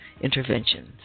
Interventions